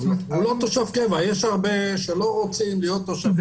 יש הרבה כאלה שלא רוצים להיות תושבים.